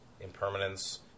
Impermanence